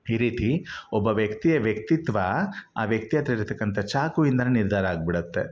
ಈ ರೀತಿ ಒಬ್ಬ ವ್ಯಕ್ತಿಯ ವ್ಯಕ್ತಿತ್ವ ಆ ವ್ಯಕ್ತಿ ಹತ್ತಿರ ಇರ್ತಕ್ಕಂಥ ಚಾಕು ಇಂದಲೇ ನಿರ್ಧಾರ ಆಗ್ಬಿಡುತ್ತೆ